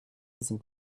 sind